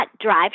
drive